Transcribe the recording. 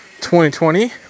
2020